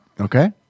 Okay